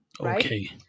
Okay